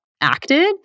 acted